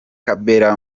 kabera